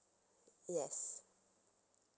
yes